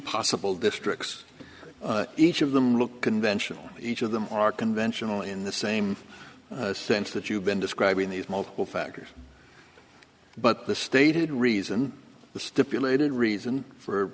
possible districts each of them will convention each of them are conventional in the same sense that you've been describing these multiple factors but the stated reason the stipulated reason for